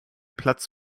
platz